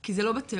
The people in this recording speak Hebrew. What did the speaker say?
כי זה לא בתיאוריה.